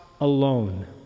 alone